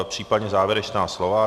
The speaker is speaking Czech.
Případně závěrečná slova?